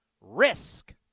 Risk